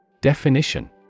Definition